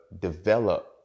develop